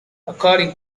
according